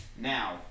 Now